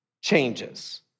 changes